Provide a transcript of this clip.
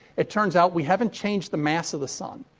it turns out we haven't changes the mass of the sun,